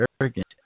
arrogant